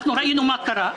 ראינו מה קרה,